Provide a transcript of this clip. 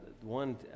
one